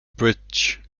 bridge